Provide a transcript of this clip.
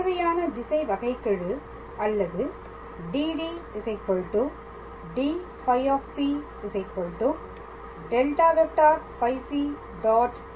தேவையான திசை வகைக்கெழு அல்லது DD DφP ∇⃗⃗ φP